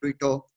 Twitter